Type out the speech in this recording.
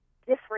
different